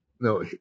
no